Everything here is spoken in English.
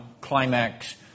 climax